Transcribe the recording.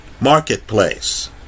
marketplace